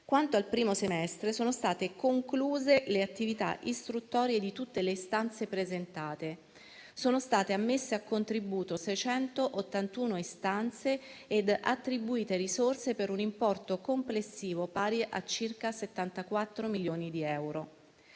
quanto al primo semestre sono state concluse le attività istruttorie di tutte le istanze presentate. Sono state ammesse a contributo 681 istanze e attribuite risorse per un importo complessivo pari a circa 74 milioni di euro.